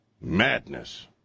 Madness